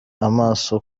amaso